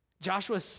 Joshua